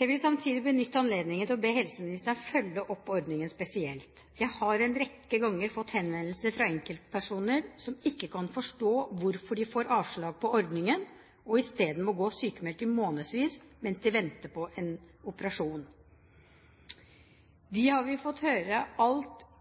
Jeg vil samtidig benytte anledningen til å be helseministeren følge opp ordningen spesielt. Jeg har en rekke ganger fått henvendelser fra enkeltpersoner som ikke kan forstå hvorfor de får avslag på ordningen og i stedet må gå sykmeldt i månedsvis mens de venter på en operasjon. De har fått høre alt